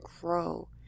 grow